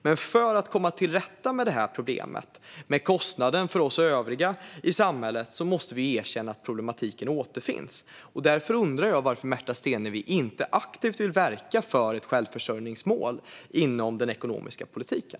Men för att komma till rätta med problemet med kostnaden för oss övriga i samhället måste vi erkänna att problematiken finns. Därför undrar jag varför Märta Stenevi inte aktivt vill verka för ett självförsörjningsmål inom den ekonomiska politiken.